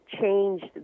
Changed